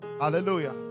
Hallelujah